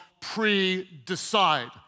pre-decide